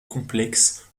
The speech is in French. complexes